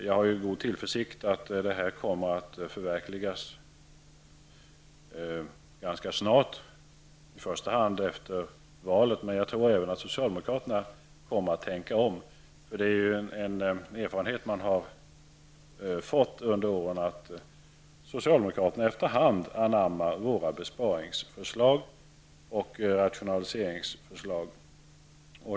Jag ser med tillförsikt fram emot att detta kommer att förverkligas ganska snart. Det kommer i första hand att ske efter valet, men jag tror även att socialdemokraterna kommer att tänka om. En erfarenhet man har fått under åren är att socialdemokraterna efter hand anammar våra besparings och rationaliseringsförslag.